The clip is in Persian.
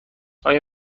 آیا